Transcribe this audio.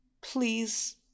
please